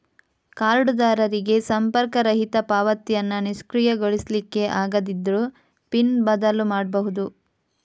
ಕಾರ್ಡುದಾರರಿಗೆ ಸಂಪರ್ಕರಹಿತ ಪಾವತಿಯನ್ನ ನಿಷ್ಕ್ರಿಯಗೊಳಿಸ್ಲಿಕ್ಕೆ ಆಗದಿದ್ರೂ ಪಿನ್ ಬದಲು ಮಾಡ್ಬಹುದು